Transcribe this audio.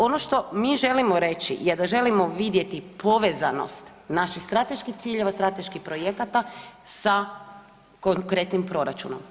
Ono što mi želimo reći je da želimo vidjeti povezanost naših strateških ciljeva, strateških projekata sa konkretnim proračunom.